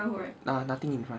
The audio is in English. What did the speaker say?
ah nothing in front